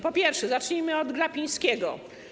Po pierwsze, zacznijmy od Glapińskiego,